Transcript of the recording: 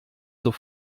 zur